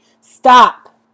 Stop